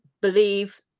believe